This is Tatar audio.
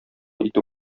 итү